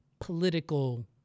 political